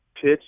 pitch